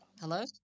Hello